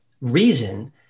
reason